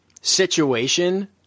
situation